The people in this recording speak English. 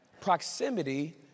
Proximity